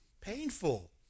Painful